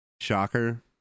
Shocker